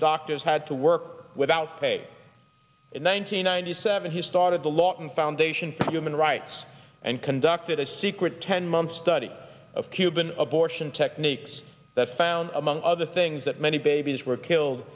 doctors had to work without pay in one nine hundred ninety seven he started the lawton foundation for human rights and conducted a secret ten month study of cuban abortion techniques that found among other things that many babies were killed